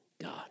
God